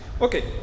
Okay